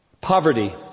Poverty